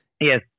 Yes